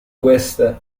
queste